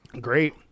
Great